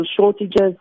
shortages